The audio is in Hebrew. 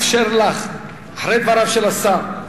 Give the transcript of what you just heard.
אחרי דבריו של השר,